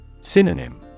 Synonym